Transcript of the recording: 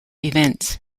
events